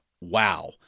wow